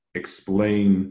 explain